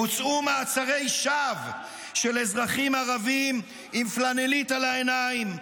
בוצעו מעצרי שווא של אזרחים ערבים עם פלנלית על העיניים,